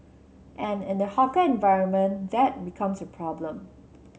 and in the hawker environment that becomes a problem